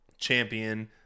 champion